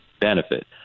benefit